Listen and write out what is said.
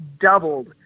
doubled